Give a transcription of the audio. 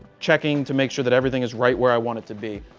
checking to make sure that everything is right where i want it to be.